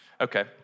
Okay